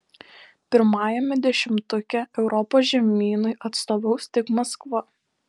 pirmajame dešimtuke europos žemynui atstovaus tik maskva